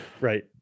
Right